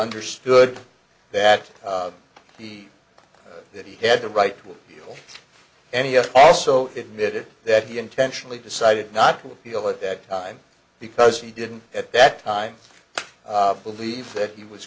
understood that the that he had the right to any us also admitted that he intentionally decided not to appeal at that time because he didn't at that time believe that he was